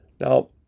now